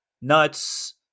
nuts